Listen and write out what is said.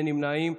אין נמנעים.